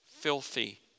filthy